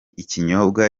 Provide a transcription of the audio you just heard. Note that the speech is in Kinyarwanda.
ikinyobwa